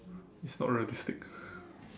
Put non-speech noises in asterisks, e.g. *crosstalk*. it's not realistic *breath*